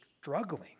struggling